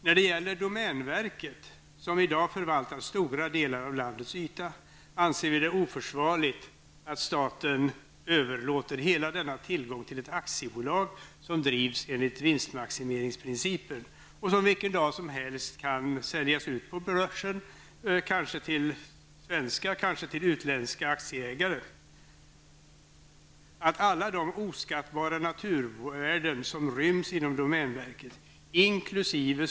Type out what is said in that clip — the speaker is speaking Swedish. När det gäller domänverket, som i dag förvaltar stora delar av landets yta, anser vi det oförsvarligt att staten överlåter hela denna tillgång till ett aktiebolag som drivs enligt vinstmaximeringsprincipen och som vilken dag som helst kan säljas ut på börsen till svenska eller till kanske utländska aktieägare. Att alla de oskattbara naturvärden som ryms inom domänverket -- inkl.